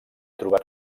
trobat